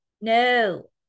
No